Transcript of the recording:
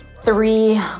three